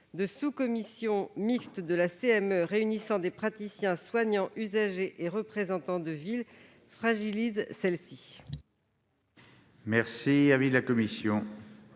une sous-commission mixte de la CME réunissant des praticiens, soignants, usagers et représentants de ville, fragilise ce